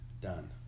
Done